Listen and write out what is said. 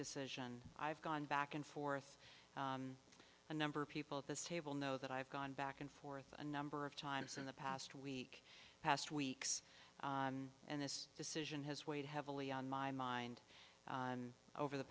decision i've gone back and forth a number of people at this table know that i've gone back and forth a number of times in the past week past weeks and this decision has weighed heavily on my mind and over the